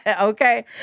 Okay